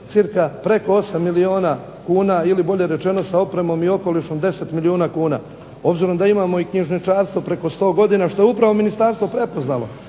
cca preko 8 milijuna kuna ili bolje rečeno sa opremom i okolišom 10 milijuna kuna. Obzirom da imamo i knjižničarstvo preko 100 godina što je upravo ministarstvo prepoznalo,